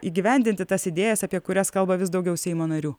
įgyvendinti tas idėjas apie kurias kalba vis daugiau seimo narių